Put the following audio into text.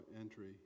entry